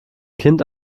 kind